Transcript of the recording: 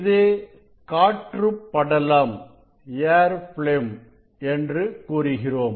இதை காற்று படலம் என்று கூறுகிறோம்